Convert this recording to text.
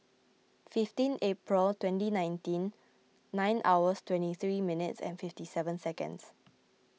fifteen April twenty nineteen nine hours twenty three minutes and fifty seven seconds